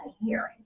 hearing